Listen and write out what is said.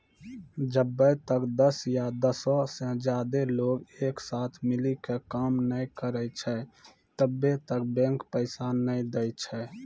जब्बै तक दस या दसो से ज्यादे लोग एक साथे मिली के काम नै करै छै तब्बै तक बैंक पैसा नै दै छै